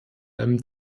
allem